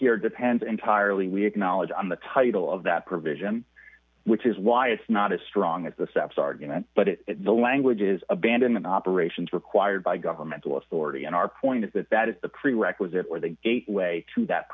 here depends entirely we acknowledge on the title of that provision which is why it's not as strong as the saps argument but the language is abandon the operations required by governmental authority in our point is that that is the prerequisite for the gateway to that